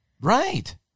Right